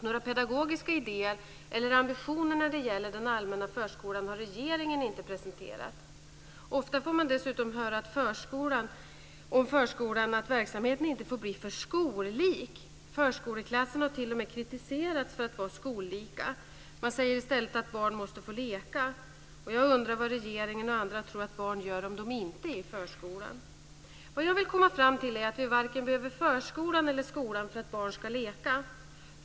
Några pedagogiska idéer eller ambitioner när det gäller den allmänna förskolan har regeringen inte presenterat. Ofta får man dessutom höra om förskolan att verksamheten inte får bli för "skollik". Förskoleklasserna har t.o.m. kritiserats för att vara det. Man säger i stället att barn måste få leka. Jag undrar vad regeringen och andra tror att barn gör om de inte är i förskolan. Vad jag vill komma fram till är att vi inte behöver vare sig förskolan eller skolan för att barn ska leka.